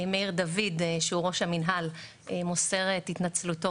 מאיר דויד שהוא ראש המנהל מוסר את התנצלותו